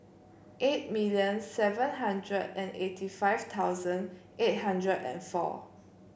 eight million seven hundred and eighty five thousand eight hundred and four